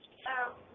so